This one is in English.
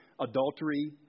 adultery